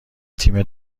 تیم